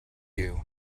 you